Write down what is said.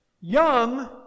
young